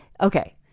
Okay